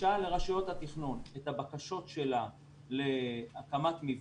מגישה לרשויות התכנון את הבקשות שלה להקמת מבנה.